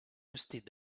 vestit